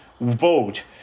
vote